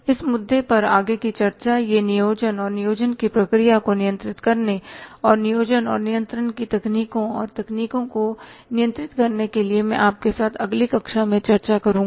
इस मुद्दे पर आगे की चर्चा यह नियोजन और नियोजन की प्रक्रिया को नियंत्रित करने और नियोजन और नियंत्रण की तकनीकों और तकनीकों को नियंत्रित करने के लिए मैं आपके साथ अगली कक्षा में चर्चा करूँगा